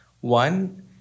One